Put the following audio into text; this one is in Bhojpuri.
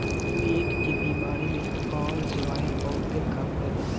पेट के बेमारी में अजवाईन बहुते काम करेला